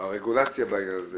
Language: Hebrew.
אז אני רוצה להביע את העמדה הנגדית.